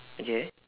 okay